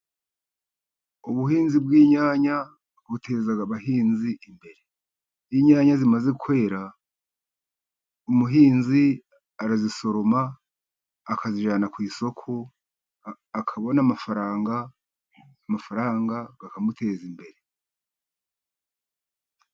Ubuhinzi bw'inyanya buteza abahinzi imbere. Iyo inyanya zimaze kwera, umuhinzi arazisoroma akazijyana ku isoko, akabona amafaranga. Amafaranga akamuteza imbere.